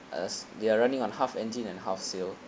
as they are running on half engine and half sail